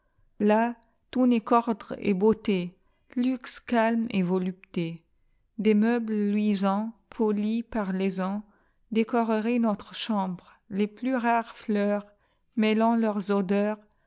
là tout n'est qu'ordre et beauté luxe calme et volupté des meubles luisants polis par les ans décoreraient notre chambre les plus rares fleurs mêlant leurs odeursaux